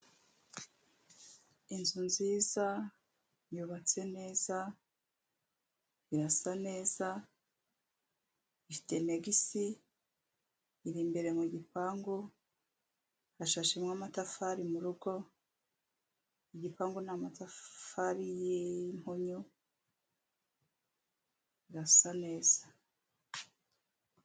Inzu nziza, yubatse neza, irasa neza, ifite negisi, iri imbere mu gipangu, hashashemo amatafari murugo, igipangu n'amatafari y'impunyu, irasa neza.